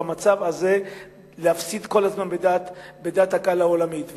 במצב הזה להפסיד כל הזמן בדעת הקהל העולמית.